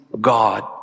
God